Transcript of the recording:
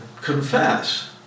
confess